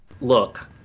look